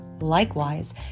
Likewise